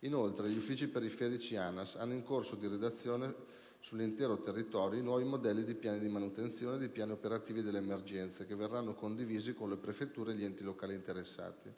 Inoltre, gli uffici periferici dell'ANAS hanno in corso di redazione sull'intero territorio i nuovi modelli di piani di manutenzione e di piani operativi delle emergenze che verranno condivisi con le prefetture e gli enti locali interessati.